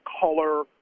color